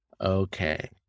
Okay